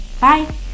Bye